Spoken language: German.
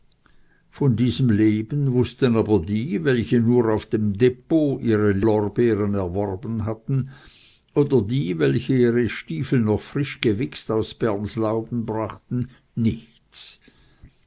von diesem leben wußten aber die welche nur auf dem depot ihre lorbeeren erworben hatten oder die welche ihre stiefel noch frisch gewichst aus berns lauben brachten nichts